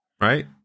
right